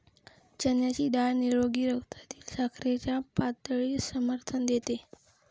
चण्याची डाळ निरोगी रक्तातील साखरेच्या पातळीस समर्थन देते